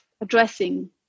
addressing